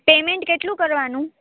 payment કેટલું કરવાનું